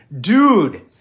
dude